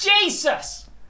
Jesus